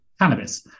cannabis